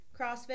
CrossFit